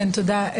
תודה.